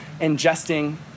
ingesting